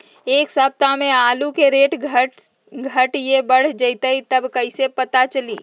एक सप्ताह मे आलू के रेट घट ये बढ़ जतई त कईसे पता चली?